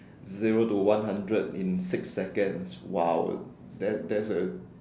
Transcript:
zero to one hundred in six seconds !wow! that that's a